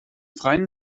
freien